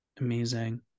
Amazing